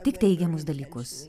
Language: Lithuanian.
tik teigiamus dalykus